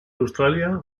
australia